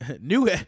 New